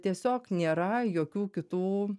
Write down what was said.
tiesiog nėra jokių kitų